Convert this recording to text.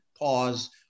pause